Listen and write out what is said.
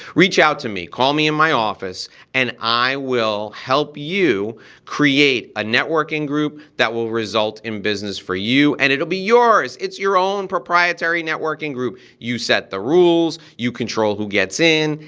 reach out to me, call me in my office and i will help you create a networking group that will result in business for you and it'll be yours. it's your own proprietary networking group. you set the rules, you control who gets in.